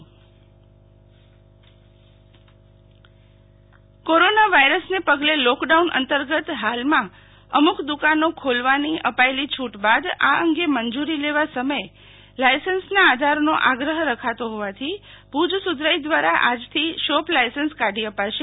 Sheetal Vaishnav shop licence corona વાયરસને પગલે lockdown અંતર્ગત હાલમાં અમુક દુકાનો ખોલવાની અપાયેલી છૂટ બાદ આ અંગે મંજૂરી લેવા મસયે લાયસન્સના આધારનો આગ્રહ રખાતો હોવાથી ભુજ સુધરાઈ દ્વારા આજથી શોપ લાયસન્સ કાઢી અપાશે